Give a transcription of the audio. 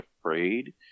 afraid